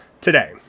today